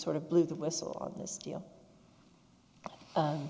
sort of blew the whistle on this deal